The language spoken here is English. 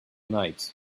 night